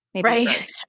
Right